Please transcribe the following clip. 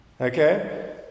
Okay